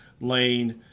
Lane